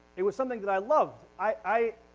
it was something that i loved. i